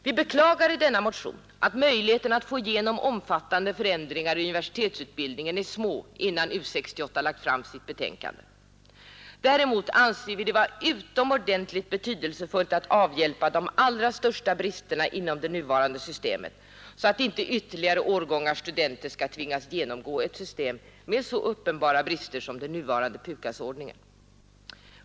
Vi beklagar i denna motion att möjligheten att få igenom omfattande förändringar i universitetsutbildningen är små innan U 68 lagt fram sitt betänkande. Däremot anser vi det vara utomordentligt betydelsefullt att avhjälpa de allra största bristerna inom det nuvarande systemet så att inte ytterligare årgångar studenter skall tvingas genomgå ett system med så uppenbara brister som den nuvarande PUKAS-ordningen.